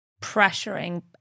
pressuring